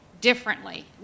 differently